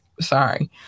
Sorry